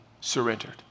surrendered